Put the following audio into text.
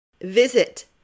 Visit